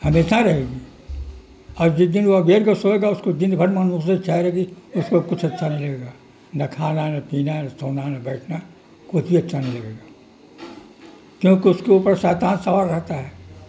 ہمیشہ رہے گی اور جس دن وہ بیر کو سوئے گا اس کو دن بھر منحوسیت چھائے رہے گی اس کو کچھ اچھا نہیں لگے گا نہ کھانا نہ پینا نہ سونا نہ بیٹھنا کچھ بھی اچھا نہ لگے گا کیونکہ اس کے اوپر شیتان سوار رہتا ہے